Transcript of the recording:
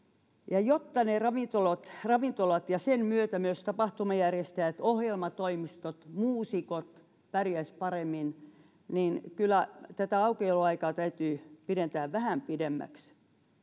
jotta ravintolat ravintolat ja sen myötä myös tapahtumajärjestäjät ohjelmatoimistot muusikot pärjäisivät paremmin kyllä tätä aukioloaikaa täytyy pidentää vähän pidemmäksi